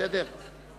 בסדר?